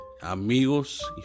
amigos